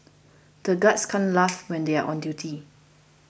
the guards can't laugh when they are on duty